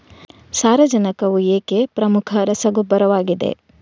ಸಾರಜನಕವು ಏಕೆ ಪ್ರಮುಖ ರಸಗೊಬ್ಬರವಾಗಿದೆ?